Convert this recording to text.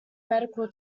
medical